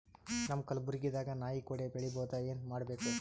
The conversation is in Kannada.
ನಮ್ಮ ಕಲಬುರ್ಗಿ ದಾಗ ನಾಯಿ ಕೊಡೆ ಬೆಳಿ ಬಹುದಾ, ಏನ ಏನ್ ಮಾಡಬೇಕು?